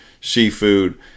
Seafood